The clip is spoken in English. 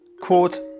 Quote